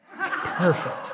perfect